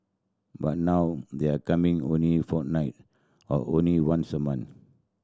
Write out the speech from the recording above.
but now they're coming only fortnight or only once a month